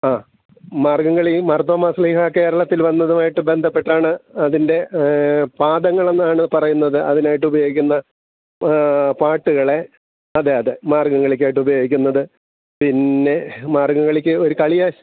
ആ മാർഗ്ഗം കളി മാർത്തോമാ ശ്ലീഹാ കേരളത്തിൽ വന്നതുമായിട്ട് ബന്ധപ്പെട്ടാണ് അതിൻ്റെ പാദങ്ങളെന്നാണ് പറയുന്നത് അതിനായിട്ടുപയോഗിക്കുന്ന പാട്ടുകളെ അതെ അതെ മാർഗ്ഗം കളിക്കായിട്ടുപയോഗിക്കുന്നത് പിന്നെ മാർഗ്ഗം കളിക്ക് ഒരു കളിയായി